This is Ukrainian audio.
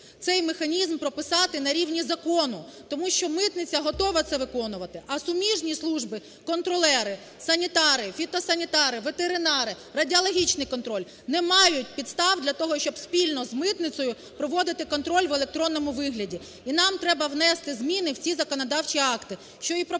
цей механізм прописати на рівні закону, тому що митниця готова це виконувати, а суміжні служби: контролери, санітари, фіто-санітари, ветеринари, радіологічний контроль не мають підстав для того, щоб спільно з митницею проводити контроль в електронному вигляді. І нам треба внести зміни в ці законодавчі акти, що і пропонується